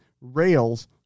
Rails